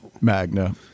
Magna